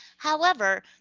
however,